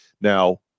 Now